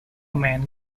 man